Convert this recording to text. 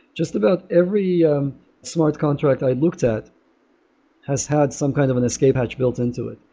just about every um smart contract i looked at has had some kind of an escaped hatch built into it.